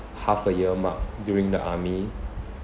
half a year mark during the army